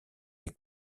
les